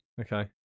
Okay